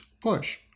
push